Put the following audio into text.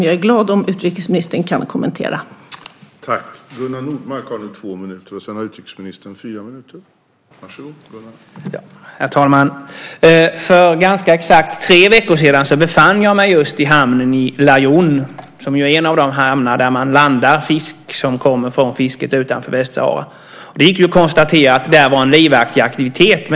Jag är glad om utrikesministern kan kommentera den.